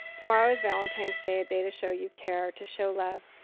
tomorrow is valentine's day. a day to show you care, to show love.